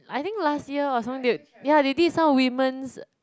I think last year or something they ya they did some women's